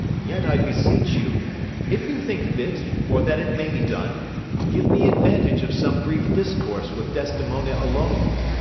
yet, i beseech you if you think fit, or that it may be done give me advantage of some brief discourse with desdemona alone.